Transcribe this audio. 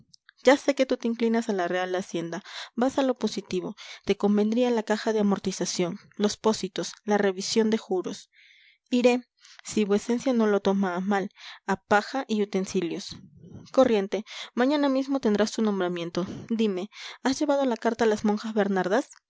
ya sé que tú te inclinas a la real hacienda vas a lo positivo te convendría la caja de amortización los pósitos la revisión de juros iré si vuecencia no lo toma a mal a paja y utensilios corriente mañana mismo tendrás tu nombramiento dime has llevado la carta a las monjas bernardas